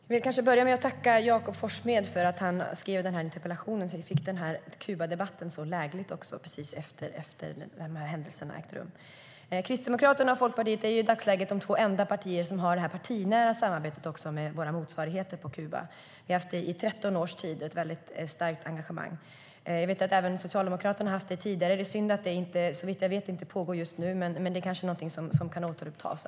Fru talman! Jag vill börja med att tacka Jakob Forssmed för att han skrev den här interpellationen, så att vi fick den här Kubadebatten så lägligt efter de händelser som har ägt rum. Kristdemokraterna och Folkpartiet är i dagsläget det enda partier som har ett partinära samarbete med våra motsvarigheter på Kuba. Vi har i 13 års tid haft ett mycket starkt engagemang. Jag vet att även Socialdemokraterna har haft det tidigare. Det är synd att det, såvitt jag vet, inte pågår just nu. Men det kanske är något som kan återupptas.